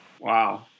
Wow